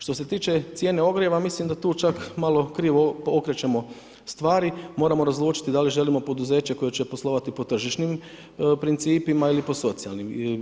Što se tiče cijene ogrijeva, mislim da tu čak malo krivo okrećemo stvari, moramo razlučiti, da li želimo poduzeće koje će poslovati po tržišnim principima ili po socijalnim.